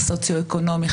סוציו אקונומי,